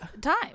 time